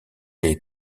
les